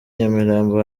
nyamirambo